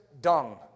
dung